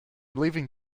leaving